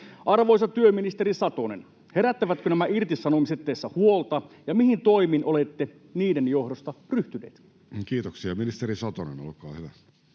Arvoisa työministeri Satonen, herättävätkö nämä irtisanomiset teissä huolta, ja mihin toimiin olette niiden johdosta ryhtyneet? [Speech 41] Speaker: Jussi Halla-aho